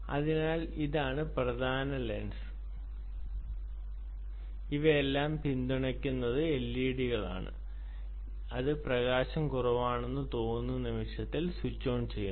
അതിനാൽ ഇതാണ് പ്രധാന ലെൻസ് ഇവയെല്ലാം പിന്തുണയ്ക്കുന്ന എൽഇഡികളാണ് ഇത് പ്രകാശം കുറവാണെന്ന് തോന്നുന്ന നിമിഷത്തിൽ സ്വിച്ച് ഓൺ ചെയ്യുന്നു